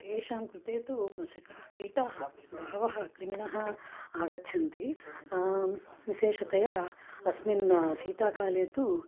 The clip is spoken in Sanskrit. तेषां कृते तु मशकाः कीटाः बहवः क्रिमिणः आगच्छन्ति विशेषतया अस्मिन् शीतकाले तु